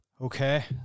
Okay